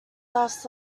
laughs